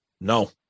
No